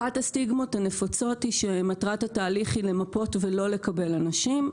אחת הסטיגמות הנפוצות היא שמטרת התהליך היא למפות ולא לקבל אנשים.